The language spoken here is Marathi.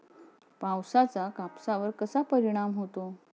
पावसाचा कापसावर कसा परिणाम होतो?